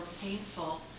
painful